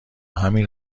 همین